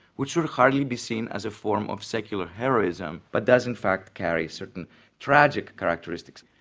which would hardly be seen as a form of secular heroism but does in fact carry certain tragic characteristics.